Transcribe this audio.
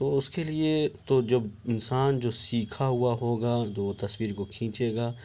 تو اس کے لیے تو جو انسان جو سیکھا ہوا ہوگا تو وہ تصویر کو کھینچے گا